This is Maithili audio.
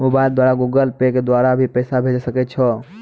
मोबाइल द्वारा गूगल पे के द्वारा भी पैसा भेजै सकै छौ?